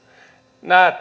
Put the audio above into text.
nämä